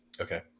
Okay